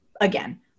Again